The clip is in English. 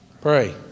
Pray